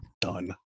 done